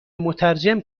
مترجم